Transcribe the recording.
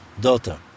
daughter